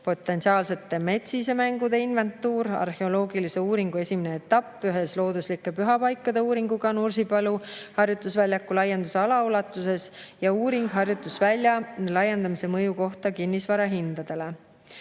potentsiaalsete metsisemängude inventuur; arheoloogilise uuringu esimene etapp ühes looduslike pühapaikade uuringuga Nursipalu harjutusväljaku laienduse ala ulatuses ja uuring harjutusvälja laiendamise mõju kohta kinnisvara hindadele.